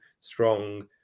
strong